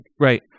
Right